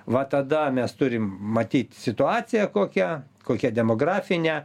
va tada mes turim matyt situaciją kokią kokią demografinę